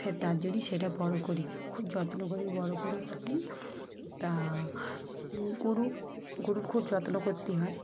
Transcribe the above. ফের তার জন্যই সেটা বড়ো করি খুব যত্ন করে বড়ো করে তুলি তা গরু গরুর খুব যত্ন করতে হয়